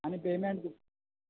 आनी पेमेंट तुका